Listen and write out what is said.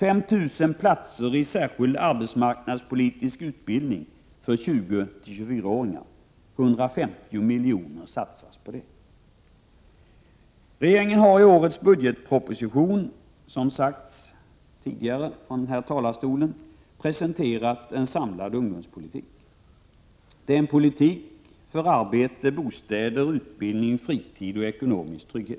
För 5 000 platser i särskild arbetsmarknadspolitisk utbildning för 20—24-åringar satsas 150 milj.kr. Regeringen har, som det sagts tidigare från denna talarstol, i årets budgetproposition presenterat en samlad ungdomspolitik. Det är en politik för arbete, bostäder, utbildning, fritid och ekonomisk trygghet.